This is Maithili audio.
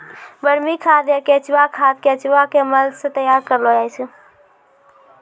वर्मी खाद या केंचुआ खाद केंचुआ के मल सॅ तैयार करलो जाय छै